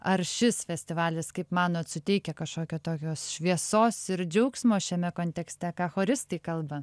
ar šis festivalis kaip manot suteikia kažkokio tokios šviesos ir džiaugsmo šiame kontekste ką choristai kalba